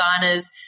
designers